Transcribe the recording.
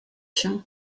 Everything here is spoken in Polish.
się